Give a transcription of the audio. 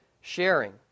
Sharing